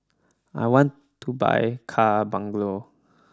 I want to buy car bungalow